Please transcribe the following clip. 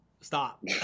stop